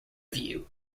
view